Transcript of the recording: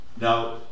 Now